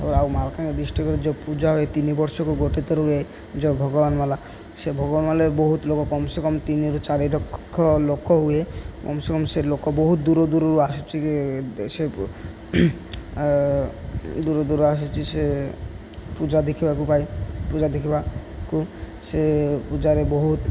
ଆଉ ମାଲକାନାଗିରି ଡିଷ୍ଟ୍ରିକ୍ଟରେ ଯେଉଁ ପୂଜା ହୁଏ ତିନ ବର୍ଷକୁ ଗୋଟେ ଥର ହୁଏ ଯେଉଁ ଭଗବାନ ମାଲା ସେ ଭଗବାନ ମାଲାରେ ବହୁତ ଲୋକ କମ୍ ସେ କମ୍ ତିନିରୁ ଚାରି ଲକ୍ଷ ଲୋକ ହୁଏ କମ୍ ସେ କମ୍ ସେ ଲୋକ ବହୁତ ଦୂର ଦୂରରୁ ଆସୁଛି ସେ ଦୂର ଦୂର ଆସୁଛି ସେ ପୂଜା ଦେଖିବାକୁ ପାଇ ପୂଜା ଦେଖିବାକୁ ସେ ପୂଜାରେ ବହୁତ